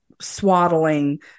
swaddling